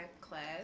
class